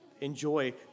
enjoy